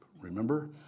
Remember